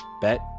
Bet